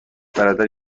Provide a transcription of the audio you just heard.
برادر